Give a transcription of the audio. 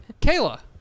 Kayla